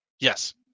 Yes